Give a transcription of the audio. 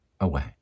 away